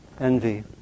Envy